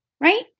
right